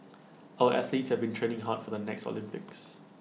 our athletes have been training hard for the next Olympics